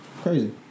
crazy